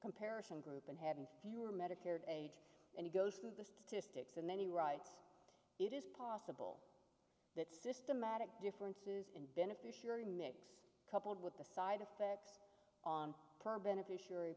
comparison group and having fewer medicare age and it goes to the statistics and then he writes it is possible that systematic differences in beneficiary mix coupled with the side effects on her beneficiary